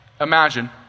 Imagine